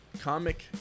Comic